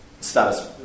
status